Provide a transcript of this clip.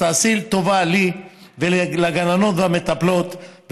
אז תעשי טובה לי ולגננות והמטפלות: